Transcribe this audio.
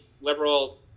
liberal